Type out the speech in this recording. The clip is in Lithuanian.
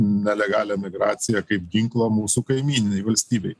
nelegalią migraciją kaip ginklą mūsų kaimyninei valstybei